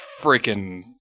freaking